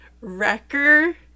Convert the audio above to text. Wrecker